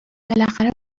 بالاخره